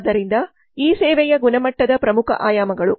ಆದ್ದರಿಂದ ಇ ಸೇವೆಯ ಗುಣಮಟ್ಟದ ಪ್ರಮುಖ ಆಯಾಮಗಳು